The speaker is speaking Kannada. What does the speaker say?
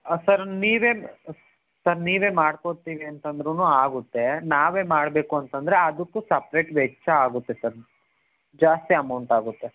ಹಾಂ ಸರ್ ನೀವೇನು ಸರ್ ನೀವೇ ಮಾಡಿಕೊಡ್ತೀವಿ ಅಂತಂದರುನು ಆಗುತ್ತೆ ನಾವೇ ಮಾಡಬೇಕು ಅಂತಂದರೆ ಅದಕ್ಕೆ ಸಪ್ರೇಟ್ ವೆಚ್ಚ ಆಗುತ್ತೆ ಸರ್ ಜಾಸ್ತಿ ಅಮೌಂಟ್ ಆಗುತ್ತೆ